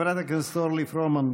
חברת הכנסת אורלי פרומן,